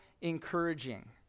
encouraging